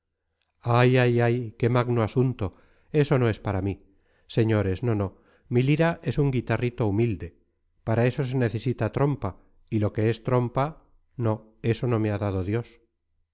ay ay qué magno asunto eso no es para mí señores no no mi lira es un guitarrillo humilde para eso se necesita trompa y lo que es trompa no eso no me ha dado dios